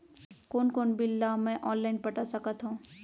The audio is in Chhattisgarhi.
कोन कोन बिल ला मैं ऑनलाइन पटा सकत हव?